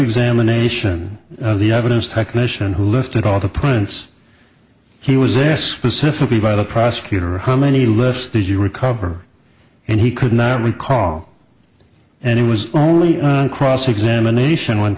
examination the evidence technician who lifted all the prints he was this specifically by the prosecutor hum any less do you recover and he could not recall and it was only on cross examination when